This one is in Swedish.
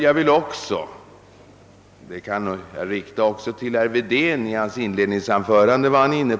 Även herr Wedén var i sitt inledningsanförande inne på den frågan.